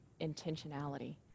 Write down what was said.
intentionality